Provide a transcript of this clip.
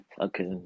Okay